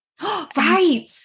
right